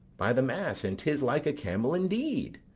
by the mass, and tis like a camel indeed.